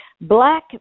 Black